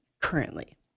currently